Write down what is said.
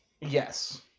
Yes